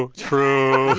true,